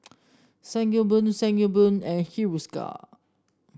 Sangobion Sangobion and Hiruscar